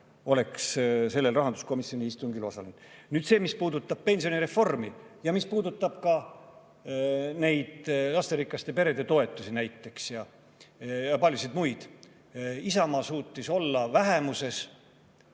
oleks sellel rahanduskomisjoni istungil osalenud. Nüüd see, mis puudutab pensionireformi ja mis puudutab ka lasterikaste perede toetusi ja paljusid muid [asju]. Isamaa suutis olla vähemuses